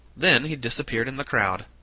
then he disappeared in the crowd.